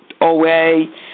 OA